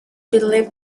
believed